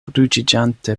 ruĝiĝante